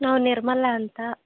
ನಾವು ನಿರ್ಮಲ ಅಂತ